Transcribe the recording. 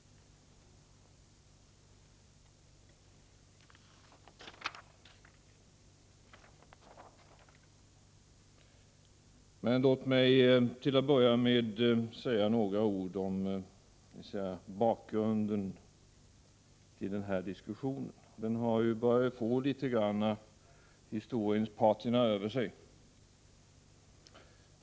Men låt mig till att börja med säga några ord om bakgrunden till den här diskussionen. Den har ju börjat få litet av historiens patina över sig.